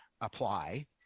apply